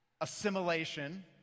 assimilation